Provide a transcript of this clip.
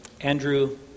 Andrew